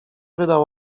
wydał